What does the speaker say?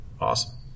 Awesome